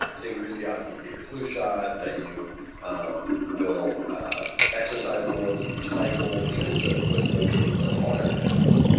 to increase the odds that you get your flu shot, that you um will ah exercise more, that you recycle or even to quit smoking, so all kinds of habits.